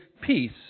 peace